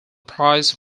prize